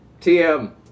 TM